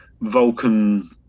Vulcan